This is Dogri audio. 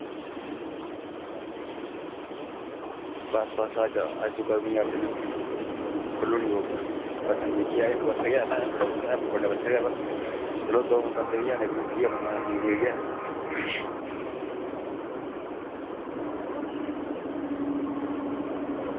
बस बस अज्ज अज्ज इक बड्डा पत्थर गै ऐ उत्थै बड़ा ऐ बड्डा पत्थर गै ऐ बा चलो दो बंदे गै न इक मिस्तरी ते इक मजदूर गै